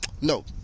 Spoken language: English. No